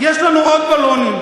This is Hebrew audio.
יש לנו עוד בלונים.